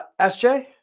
sj